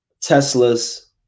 Tesla's